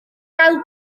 gael